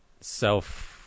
self